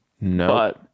No